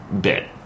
bit